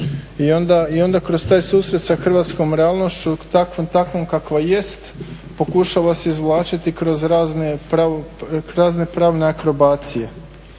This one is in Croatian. i onda kroz taj susret sa hrvatskom realnošću takvom kakva jest pokušalo se izvlačiti kroz razne pravne akrobacije.